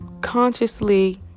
consciously